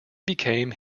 became